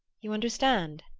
you understand?